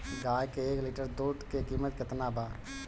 गाय के एक लीटर दूध के कीमत केतना बा?